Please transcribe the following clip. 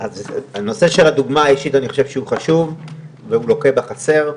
אז הנושא של הדוגמה האישית אני חושב שהוא חשוב והוא לוקה בחסר.